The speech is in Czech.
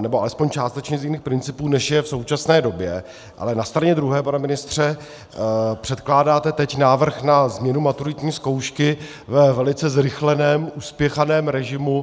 nebo alespoň částečně z jiných principů, než je v současné době, ale na straně druhé, pane ministře, předkládáte teď návrh na změnu maturitní zkoušky ve velice zrychleném, uspěchaném režimu.